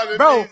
bro